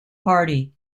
party